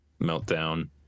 meltdown